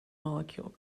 molecular